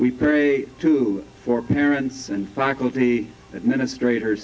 we pray for parents and faculty administrator